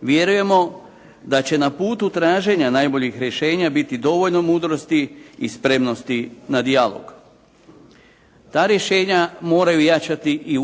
Vjerujemo da će na putu traženja najboljih rješenja biti dovoljno mudrosti i spremnosti na dijalog. Ta rješenja moraju jačati i